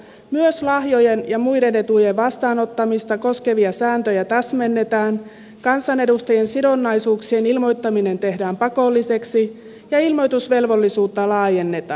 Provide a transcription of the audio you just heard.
myös lahjojen ja muiden etujen vastaanottamista koskevia sääntöjä täsmennetään kansanedustajien sidonnaisuuksien ilmoittaminen tehdään pakolliseksi ja ilmoitusvelvollisuutta laajennetaan